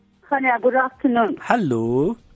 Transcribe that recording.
Hello